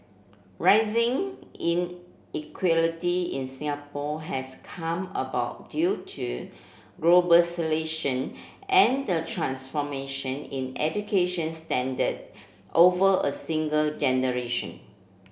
rising inequality in Singapore has come about due to and the transformation in education standard over a single generation